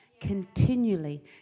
continually